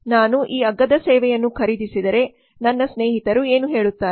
ನಾನು ಈ ಅಗ್ಗದ ಸೇವೆಯನ್ನು ಖರೀದಿಸಿದರೆ ನನ್ನ ಸ್ನೇಹಿತರು ಏನು ಹೇಳುತ್ತಾರೆ